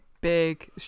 big